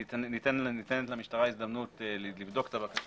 ניתנת למשטרה הזדמנות לבדוק את הבקשה